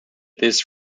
this